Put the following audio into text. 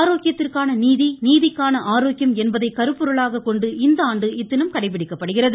ஆரோக்கியத்திற்கான நீதி நீதிக்கான ஆரோக்கியம் என்பதை கருப்பொருளாக கொண்டு இந்தாண்டு இத்தினம் கடைபிடிக்கப்படுகிறது